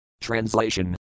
Translation